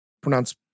pronounce